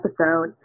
episode